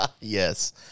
yes